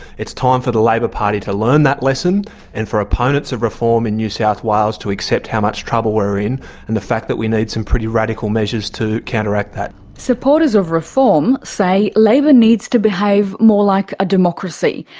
it's time for the labor party to learn that lesson and for opponents of reform in new south wales to accept how much trouble we're in and the fact that we need some pretty radical measures to counteract that. supporters of reform say labor needs to behave more like a democracy.